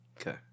Okay